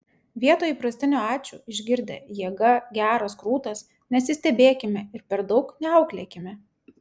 vietoje įprastinio ačiū išgirdę jėga geras krūtas nesistebėkime ir per daug neauklėkime